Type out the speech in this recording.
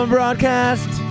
Broadcast